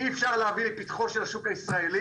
אי אפשר להביא לפתחו של השוק הישראלי,